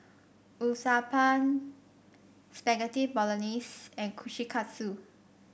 Uthapam Spaghetti Bolognese and Kushikatsu